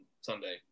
Sunday